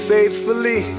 Faithfully